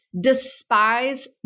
despise